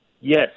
Yes